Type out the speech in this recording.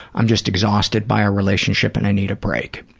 i'm just exhausted by our relationship and i need a break.